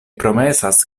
promesas